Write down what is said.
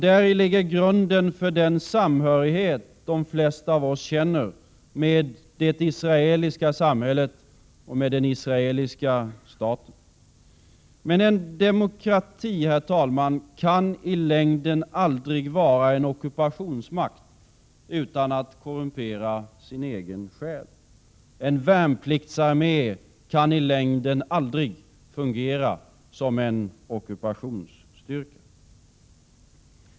Däri ligger grunden för den samhörighet de flesta av oss känner med det israeliska samhället och med den israeliska staten. Men en demokrati, herr talman, kan i längden aldrig vara en ockupationsmakt utan att korrumpera sin egen själ. En värnpliktsarmé kan i längden aldrig fungera som en ockupationsstyrka.